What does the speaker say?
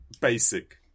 basic